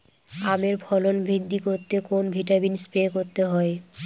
আমের ফলন বৃদ্ধি করতে কোন ভিটামিন স্প্রে করতে হয়?